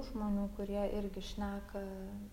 žmonių kurie irgi šneka